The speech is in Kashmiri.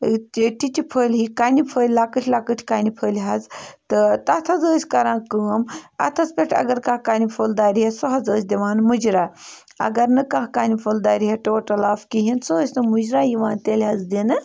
ٹِچہِ پھٔلۍ ہی کَنہِ پھٔلۍ لۄکٕٹۍ لۄکٕٹۍ کَنہِ پھٔلۍ حظ تہٕ تَتھ حظ ٲسۍ کَران کٲم اَتھَس پٮ۪ٹھ اگر کانٛہہ کَنہِ پھوٚل دارِ ہے سُہ حظ ٲسۍ دِوان مُجراہ اگر نہٕ کانٛہہ کَنہِ پھوٚل دارِ ہے ٹوٹَل آف کِہیٖنۍ سُہ ٲسۍ نہٕ مُجراہ یِوان تیٚلہِ حظ دِنہٕ